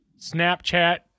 Snapchat